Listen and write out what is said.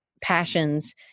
passions